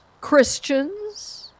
Christians